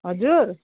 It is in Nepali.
हजुर